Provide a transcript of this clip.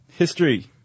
History